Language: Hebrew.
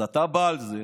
אז אתה בא על זה,